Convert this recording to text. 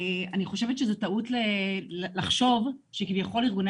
אני חושבת שזו טעות לחשוב שכביכול ארגוני